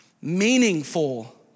meaningful